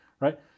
Right